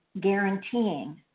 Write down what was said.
guaranteeing